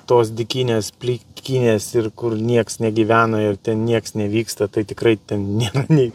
tos dykynės plykinės ir kur nieks negyvena ir ten nieks nevyksta tai tikrai ten nėra nei